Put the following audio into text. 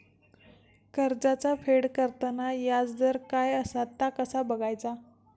कर्जाचा फेड करताना याजदर काय असा ता कसा बगायचा?